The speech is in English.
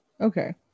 okay